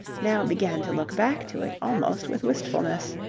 now began to look back to it almost with wistfulness.